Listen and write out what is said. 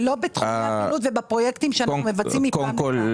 לא בתחומי הפעילות ובפרויקטים שאנחנו מבצעים מפעם לפעם.